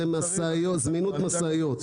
זה זמינות משאיות.